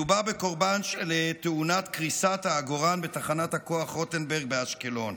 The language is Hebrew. מדובר בקורבן של תאונת קריסת העגורן בתחנת הכוח רוטנברג באשקלון.